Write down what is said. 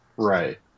right